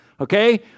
okay